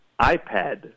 iPad